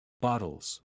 Bottles